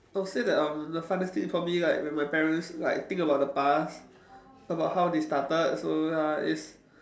I'll say that um the funniest thing for me like when my parents like think about the past about how they started so ya it's